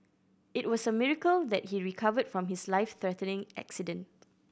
it was a miracle that he recovered from his life threatening accident